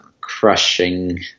crushing